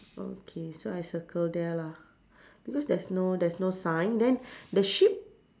okay so I circle there lah because there's no there's no sign then then the sheep